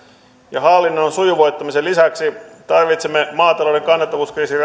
ja hallinnon sujuvoittamisen lisäksi tarvitsemme maatalouden kannattavuuskriisin